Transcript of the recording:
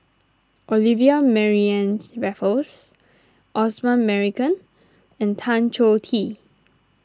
Olivia Mariamne Raffles Osman Merican and Tan Choh Tee